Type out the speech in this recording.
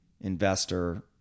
investor